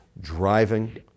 driving